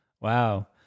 Wow